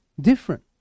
different